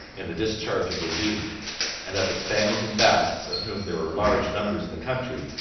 in the discharge of their duty and that the spaniards and basques, of whom there were large numbers in the country,